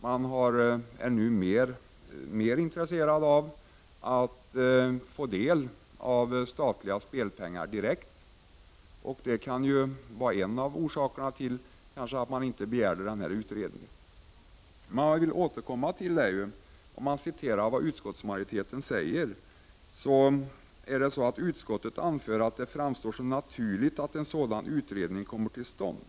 Man är nu mer intresserad av att få del av statliga spelpengar direkt. Det är kanske en av orsakerna till att man inte begärde den här utredningen. Utskottet anför att det framstår som naturligt att en sådan utredning kommer till stånd.